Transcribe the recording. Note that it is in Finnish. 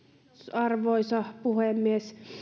arvoisa puhemies